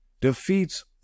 defeats